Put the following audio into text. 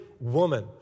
woman